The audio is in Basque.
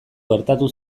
gertatu